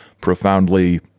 profoundly